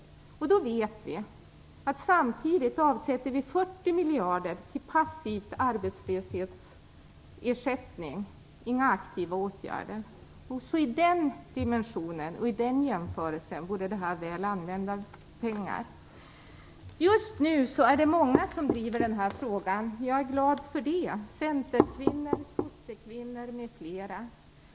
Vi vet då att det samtidigt avsätts 40 miljarder till passiv arbetslöshetsersättning, men inga aktiva åtgärder. Också i den dimensionen och i den jämförelsen vore det här väl använda pengar. Just nu är det många som driver den här frågan, bl.a. centerkvinnor och socialdemokratiska kvinnor, och jag är glad för det.